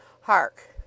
Hark